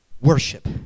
worship